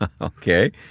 Okay